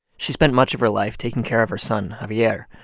she spent much of her life taking care of her son, javier.